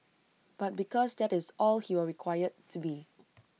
but because that is all he will required to be